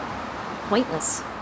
pointless